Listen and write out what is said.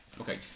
Okay